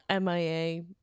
MIA